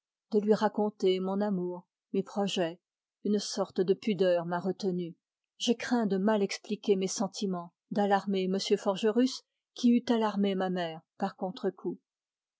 de lui raconter mon amour et mes projets une pudeur m'a retenu j'ai craint de mal expliquer mes sentiments d'alarmer m forgerus qui eût alarmé ma mère par contrecoup